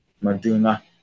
Maduna